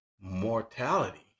mortality